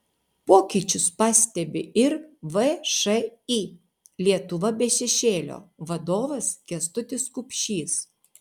pokyčius pastebi ir všį lietuva be šešėlio vadovas kęstutis kupšys